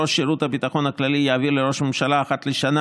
ראש שירות הביטחון הכללי יעביר לראש הממשלה אחת לשנה